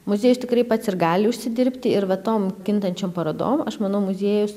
muziejus tikrai pats ir gali užsidirbti ir vat tom kintančiom parodom aš manau muziejus